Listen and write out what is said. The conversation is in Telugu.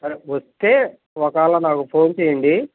సరే వస్తే ఒకవేళ నాకు ఫోన్ చెయ్యండి